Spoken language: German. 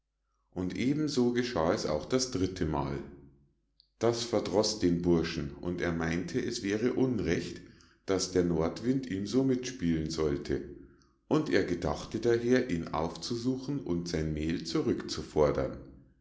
und eben so geschah es auch das dritte mal das verdroß den burschen und er meinte es wäre unrecht daß der nordwind ihm so mitspielen sollte und er gedachte daher ihn aufzusuchen und sein mehl zurückzufordern